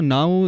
Now